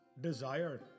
desire